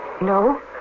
No